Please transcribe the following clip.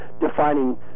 defining